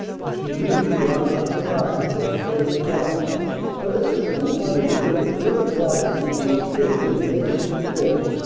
and she knew she ought not to laugh at such pranks now but it was so funny to think of herbert robinson being kidded in the midst of his courting!